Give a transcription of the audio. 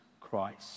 Christ